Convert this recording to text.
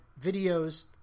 videos